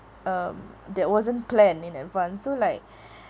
um that wasn't planned in advance so like